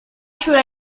should